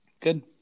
Good